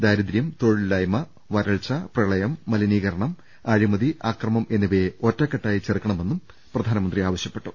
ദാരിദ്ര്യം തൊഴിലില്ലായ്മ വരൾച്ച പ്രളയം മലിനീകര ണം അഴിമതി അക്രമം എന്നിവയെ ഒറ്റക്കെട്ടായി ചെറുക്ക ണമെന്നും പ്രധാനമന്ത്രി ആവശ്യപ്പെട്ടു